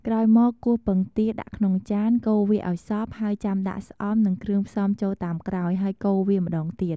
ក្រោយមក គោះពងទាដាក់ក្នុងចាន កូរវាឱ្យសព្វ ហើយចាំដាក់ស្អំ និងគ្រឿងផ្សំចូលតាមក្រោយហើយកូរវាម្ដងទៀត។